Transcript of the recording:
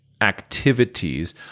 activities